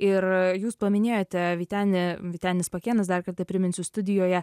ir jūs paminėjote vyteni vytenis pakėnas dar kartą priminsiu studijoje